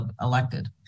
elected